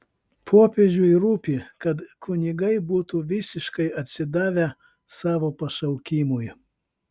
popiežiui rūpi kad kunigai būtų visiškai atsidavę savo pašaukimui